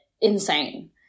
insane